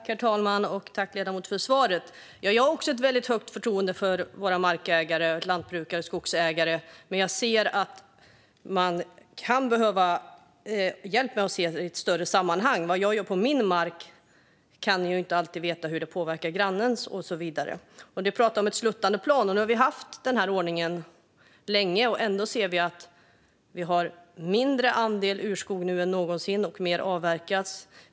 Herr talman! Tack, ledamoten, för svaret! Jag har också ett väldigt högt förtroende för markägare, lantbrukare och skogsägare. Men jag ser att man kan behöva hjälp med att se det hela i ett större sammanhang - vad man gör på sin egen mark kan man inte alltid veta hur det påverkar grannens och så vidare. Ledamoten talar om ett sluttande plan. Nu har vi haft denna ordning länge, och ändå ser vi att vi har mindre andel urskog nu än någonsin, och mer avverkas.